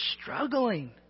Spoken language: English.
struggling